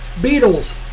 Beatles